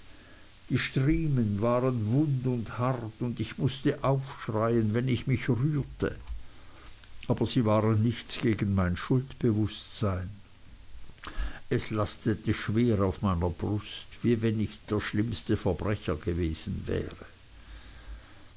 die striemen waren wund und hart und ich mußte aufschreien wenn ich mich rührte aber sie waren nichts gegen mein schuldbewußtsein es lastete schwer auf meiner brust wie wenn ich der schlimmste verbrecher gewesen wäre